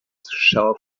shell